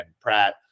Pratt